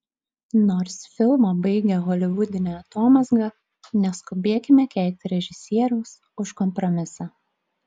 nors filmą baigia holivudinė atomazga neskubėkime keikti režisieriaus už kompromisą